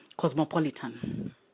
cosmopolitan